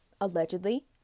allegedly